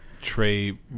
Trey